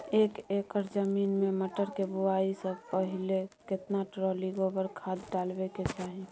एक एकर जमीन में मटर के बुआई स पहिले केतना ट्रॉली गोबर खाद डालबै के चाही?